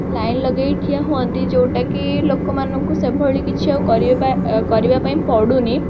line ଲଗାଇ ଠିଆ ହୁଅନ୍ତି ଯେଉଁଟାକି ଲୋକମାନଙ୍କୁ ସେଭଳି କିଛି ଆଉ କରିବା ପାଇଁ ପଡ଼ୁନି